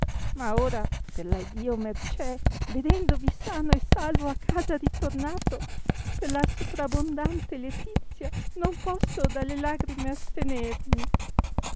ma ora per la iddio mercè vedendovi salvo e sano a casa ritornato per la soprabondante letizia non posso dalle lagrime astenermi